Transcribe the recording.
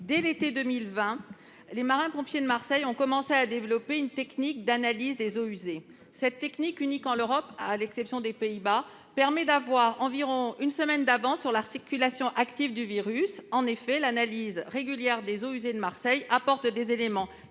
Dès l'été 2020, les marins-pompiers de Marseille ont commencé à mettre en oeuvre une technique d'analyse des eaux usées. Celle-ci, unique en Europe, sauf aux Pays-Bas, permet d'avoir environ une semaine d'avance sur la circulation active du virus. En effet, l'analyse régulière des eaux usées de Marseille fournit des éléments